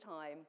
time